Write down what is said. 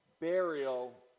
burial